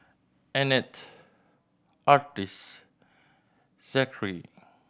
Annette Artis Zachery